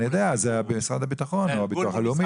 אני יודע, זה משרד הביטחון או הביטוח הלאומי.